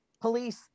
police